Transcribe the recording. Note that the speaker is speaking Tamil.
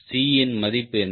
C இன் மதிப்பு என்ன